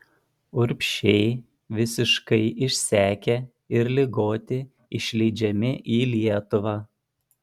urbšiai visiškai išsekę ir ligoti išleidžiami į lietuvą